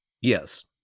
Yes